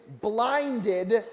blinded